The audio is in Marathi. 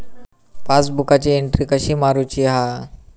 पासबुकाची एन्ट्री कशी मारुची हा?